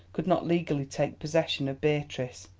could not legally take possession of beatrice.